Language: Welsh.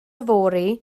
fory